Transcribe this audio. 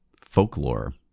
Folklore